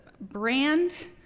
brand